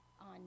on